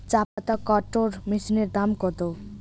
চাপাতা কাটর মেশিনের দাম কত?